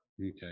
okay